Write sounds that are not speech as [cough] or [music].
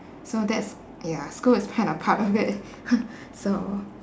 so that's ya school is kind of part of it [laughs] so